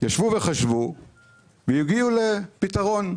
וחשבו והגיעו לפתרון: